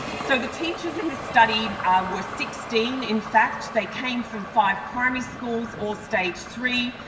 so, the teachers in the study were sixteen in fact, they came from five primary schools, all stage three.